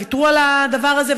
ויתרו על הדבר הזה,